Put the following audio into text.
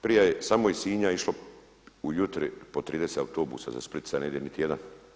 Prije je samo iz Sinja išlo ujutro po 30 autobusa, za Split sada ne ide niti jedan.